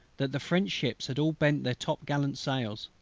that the french ships had all bent their top-gallant-sails.